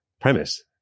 premise